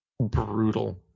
brutal